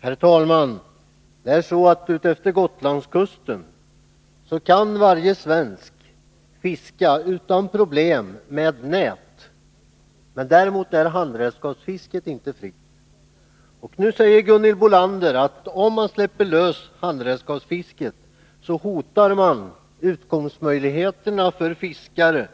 Herr talman! Utefter Gotlandskusten kan varje svensk obehindrat fiska med nät. Däremot är handredskapsfisket inte fritt. Nu säger Gunhild Bolander att om man släpper lös handredskapsfisket hotar man utkomstmöjligheten för fiskare